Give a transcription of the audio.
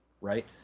right